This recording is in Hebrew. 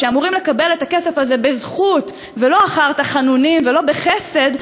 שאמורים לקבל את הכסף הזה בזכות ולא אחר תחנונים ולא בחסד,